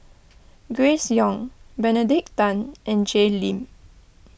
Grace Young Benedict Tan and Jay Lim